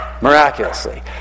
miraculously